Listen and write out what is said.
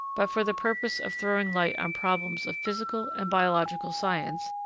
but for the purpose of throwing light on problems of physical and biological science,